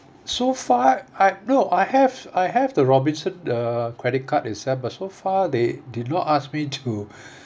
so far I no I have I have the robinson uh credit card itself but so far they did not ask me to